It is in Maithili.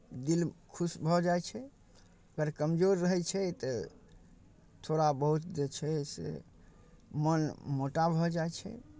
दिल खुश भऽ जाइ छै पर कमजोर रहै छै तऽ थोड़ा बहुत जे छै से मन मोटा भऽ जाइ छै